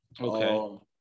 Okay